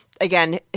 Again